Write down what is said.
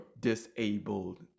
disabled